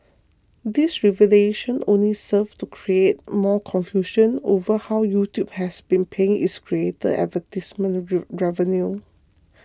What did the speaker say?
this revelation only served to create more confusion over how YouTube has been paying its creators advertisement revenue